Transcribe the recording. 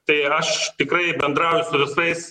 tai ir aš tikrai bendrauju su visais